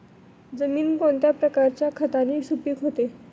जमीन कोणत्या प्रकारच्या खताने सुपिक होते?